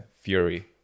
fury